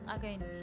Again